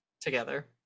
together